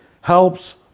helps